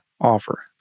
offer